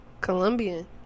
Colombian